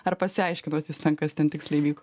ar pasiaiškinot jūs ten kas ten tiksliai vyko